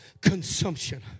Consumption